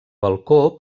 balcó